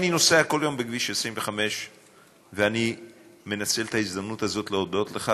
אני נוסע כל יום בכביש 25. אני מנצל את ההזדמנות הזאת להודות לך.